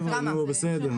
חבר'ה, נו, בסדר.